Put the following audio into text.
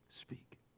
Speak